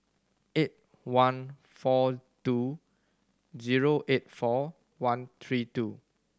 eight one four two zero eight four one three two